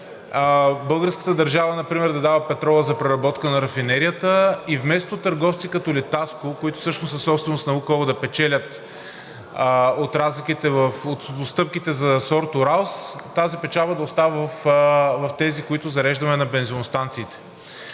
българската държава например да дава петрола за преработка на рафинерията и вместо търговци като „Литаско“, които всъщност са собственост на „Лукойл“, да печелят от разликите, в отстъпките за сорт Urals, тази печалба да остава в тези, които зареждаме на бензиностанциите.